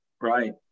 right